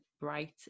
bright